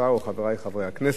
חברי חברי הכנסת,